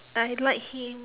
I like him